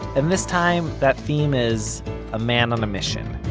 and this time that theme is a man on a mission.